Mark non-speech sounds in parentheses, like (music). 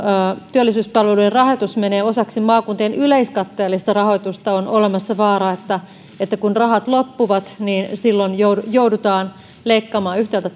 työllisyyspalveluiden rahoitus menee osaksi maakuntien yleiskatteellista rahoitusta on olemassa vaara että kun rahat loppuvat silloin joudutaan joudutaan leikkaamaan yhtäältä (unintelligible)